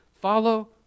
follow